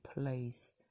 place